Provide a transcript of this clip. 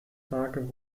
tagen